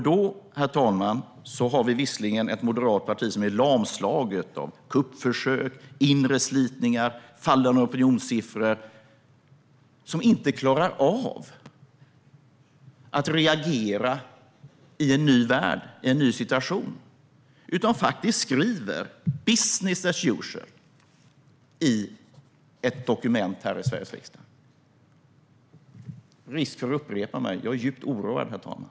Vi har ett moderat parti, herr talman, som är lamslaget av kuppförsök, inre slitningar och fallande opinionssiffror och som inte klarar av att reagera i en ny värld och en ny situation. I stället skriver man att det är business as usual i ett dokument här i Sveriges riksdag. Subsidiaritetsprövning av EU-förslag Med risk för att upprepa mig: Jag är djupt oroad, herr talman.